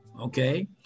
okay